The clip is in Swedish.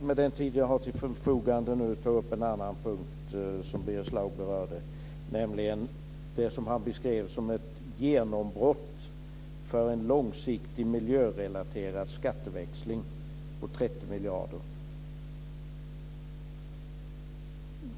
Med den tid som jag har till förfogande vill jag ta upp en annan punkt som Birger Schlaug berörde, nämligen det som han beskrev som ett genombrott för en långsiktig miljörelaterad skatteväxling på 30 miljarder.